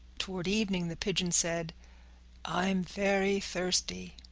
toward evening the pigeon said i'm very thirsty!